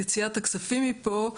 יציאת הכספים מפה,